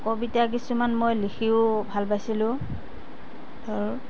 কবিতা কিছুমান মই লিখিও ভাল পাইছিলোঁ ধৰ